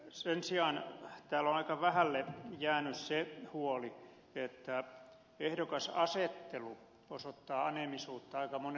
sen sijaan täällä on aika vähälle jäänyt se huoli että ehdokasasettelu osoittaa aneemisuutta aika monella suunnalla